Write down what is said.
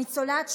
ניצולת שואה,